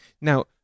Now